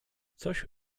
coś